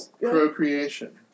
Procreation